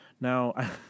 Now